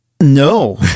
no